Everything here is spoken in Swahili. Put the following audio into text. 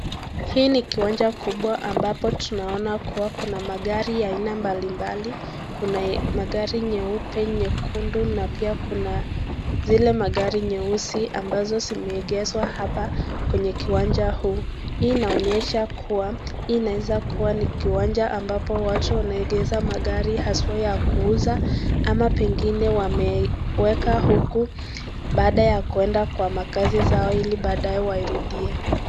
Hii ni kiwanja kubwa ambapo tunaona kua kuna magari ya aina mbali mbali, kuna magari nyeupe, nyekundu na pia kuna zile magari nyeusi ambazo zimeegezwa, hapa kwenye kiwanja huu, hii inaonyesha kua hii inaeza kua ni kiwanja ambapo watu wanaegeza magari haswa ya kuuza ama pengine wameweka huku, baada ya kuenda kwenye kazi zao ili badae wairudie.